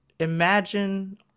imagine